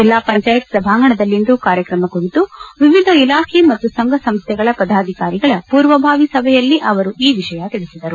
ಜಿಲ್ಲಾಪಂಚಾಯತ್ ಸಭಾಂಗಣದಲ್ಲಿಂದು ಕಾರ್ಯಕ್ರಮ ಕುರಿತು ವಿವಿಧ ಇಲಾಖೆ ಮತ್ತು ಸಂಘ ಸಂಸ್ದೆಗಳ ಪದಾಧಿಕಾರಿಗಳ ಪೂರ್ವಬಾವಿ ಸಭೆಯಲ್ಲಿ ಅವರು ಈ ವಿಷಯ ತಿಳಿಸಿದರು